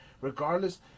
regardless